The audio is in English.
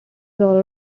all